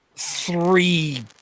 three